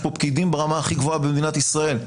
יש פה פקידים ברמה הכי גבוהה במדינת ישראל,